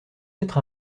être